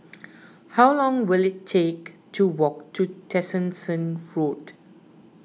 how long will it take to walk to Tessensohn Road